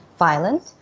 Violent